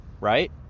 right